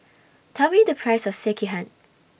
Tell Me The Price of Sekihan